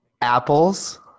Apples